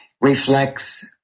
reflects